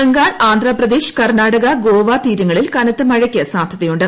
ബംഗാൾ ആന്ധ്രപ്രദേശ് കർണാടക ഗോവ തീരങ്ങളിൽ കനത്ത മഴയ്ക്ക് സാധ്യതയുണ്ട്